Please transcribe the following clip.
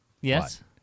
Yes